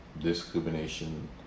discrimination